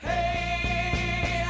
Hey